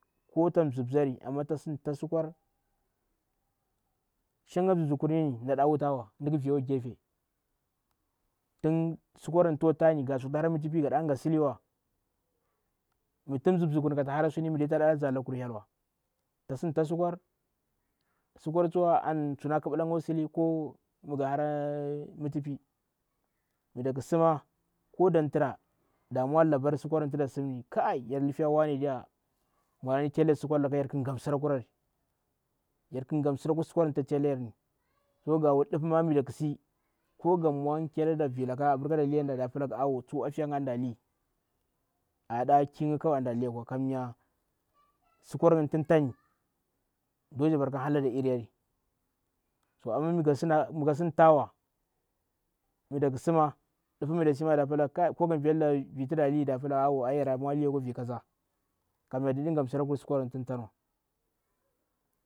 Ko tan nzibnzari ta sin ta sikwar shanga nzub nzuk urnini mda wutawa mdu nkvi au ngefe tin sikwar yin iti to tani nga si hara mu tupi nga dai nga siliwa mutin nzib nzikur ka ta hara suni muta nza lakkur hhyeh wa sikwar tswa an suna nkyelba nga au sili ko mnga hara mu tupi mndaku sima wak nda n tira ndamuwa labar sikwar nati simni kai yar lifiya wane diya mwalani tailayar sikwar laka yar nga simraku rari yar nka nga simrakura sikwar yini tin nga wutu dupa ma mnda si ko ngun mwa nkylada vilaka aɗar nkada liyanda nda pila awo afiyanga anda liyi ada nkinga tuda liyi nkwa kamya sikwar yini tin ndari do ndabar a kan halada iriyari to ma mngu sin tawa mndak simma dupu ma mndaksi da pila da liyi au vinkaza kamya ndaga nga simraku sikwar nafi di fari kam tara.